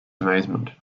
amazement